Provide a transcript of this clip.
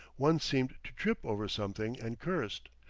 one seemed to trip over something, and cursed.